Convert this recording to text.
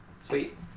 Sweet